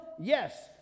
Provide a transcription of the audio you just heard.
Yes